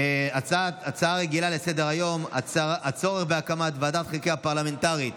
רגילה לסדר-היום בנושא: הצורך בהקמת ועדת חקירה פרלמנטרית